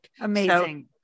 Amazing